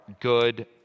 good